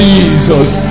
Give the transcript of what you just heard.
Jesus